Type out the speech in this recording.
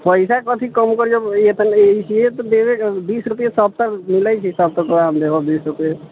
पैसा कथी कम करीयऽ तऽ ई बीस रुपए सस्ता मिलै छै तोरा हम देबौ बीस रुपए